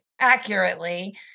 accurately